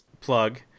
plug